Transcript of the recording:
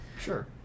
Sure